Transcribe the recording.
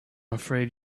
afraid